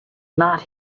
not